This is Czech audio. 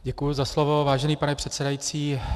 Děkuji za slovo, vážený pane předsedající.